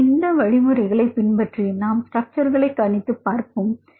அதில் இந்த வழிமுறைகளை பின்பற்றி நாம் ஸ்ட்ரக்சர்களை கணித்து பார்ப்போம்